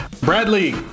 Bradley